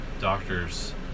doctors